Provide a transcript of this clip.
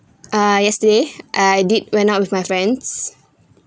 uh yesterday I did went out with my friends